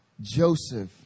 Joseph